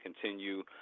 continue